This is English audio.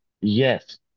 Yes